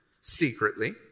secretly